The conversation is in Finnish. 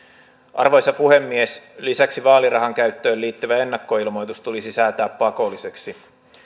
arvoisa puhemies lisäksi vaalirahan käyttöön liittyvä ennakkoilmoitus tulisi säätää pakolliseksi